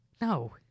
No